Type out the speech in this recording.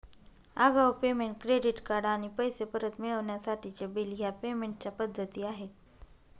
आगाऊ payment, credit card आणि पैसे परत मिळवण्यासाठीचे बिल ह्या पेमेंट च्या पद्धती आहे